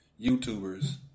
YouTubers